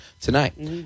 tonight